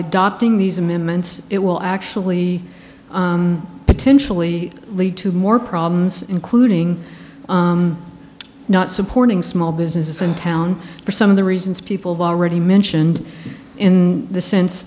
adopting these amendments it will actually potentially lead to more problems including not supporting small businesses in town for some of the reasons people already mentioned in the sense